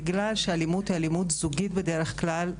בגלל שאלימות היא אלימות זוגית בדרך כלל,